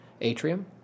atrium